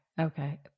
okay